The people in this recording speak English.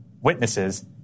witnesses